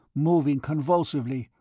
moving convulsively,